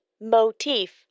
motif